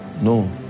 no